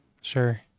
Sure